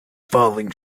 falling